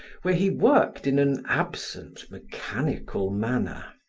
where he worked in an absent, mechanical manner.